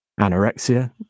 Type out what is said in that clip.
anorexia